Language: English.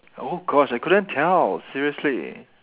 oh gosh I couldn't tell seriously